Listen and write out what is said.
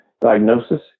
diagnosis